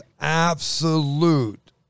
absolute